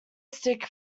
stick